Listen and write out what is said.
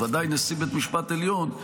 ובוודאי נשיא בית משפט עליון,